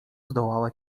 zdołała